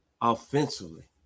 offensively